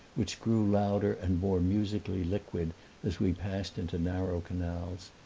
which grew louder and more musically liquid as we passed into narrow canals,